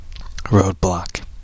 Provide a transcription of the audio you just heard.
Roadblock